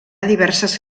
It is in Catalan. diverses